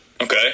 Okay